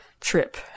trip